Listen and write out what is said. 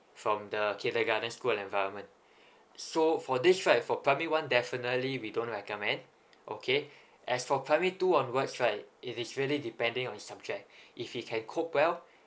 from the kindergarten school and environment so for this right for primary one definitely we don't recommend okay as for primary two onwards right it is really depending on subject if he can cope well